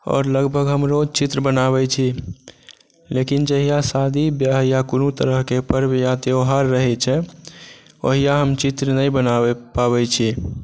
आओर लगभग हम रोज चित्र बनाबै छी लेकिन जहिआ शादी बिआह या कोनो तरहके पर्व या त्योहार रहै छै ओहिआ हम चित्र नहि बनाबै पाबै छी